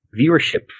viewership